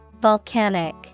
Volcanic